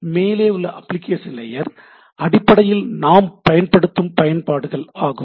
மேலே உள்ள application layer அடிப்படையில் நாம் பயன்படுத்தும் பயன்பாடுகள் ஆகும்